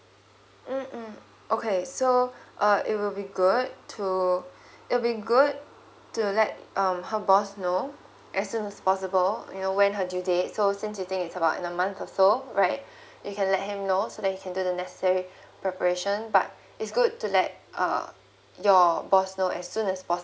mm mm okay so uh it will be good to it'll be good to let um her boss know as soon as possible you know when her due date so since you think it's about a month or so right you can let him know so that he can do the necessary preparation but it's good to let uh your boss know as soon as possible